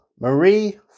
Marie